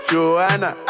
Joanna